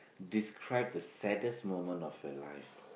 describe the saddest moment of your life